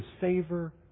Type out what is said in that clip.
favor